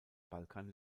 balkan